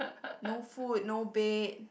no food no bed